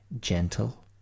gentle